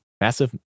massive